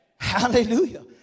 Hallelujah